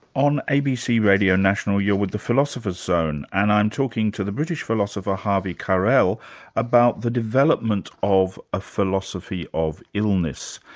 on abc radio national you're with the philosopher's zone, and i'm talking to the british philosopher havi carel about the development of a philosophy of illness.